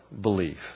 belief